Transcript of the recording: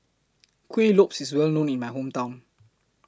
Kuih Lopes IS Well known in My Hometown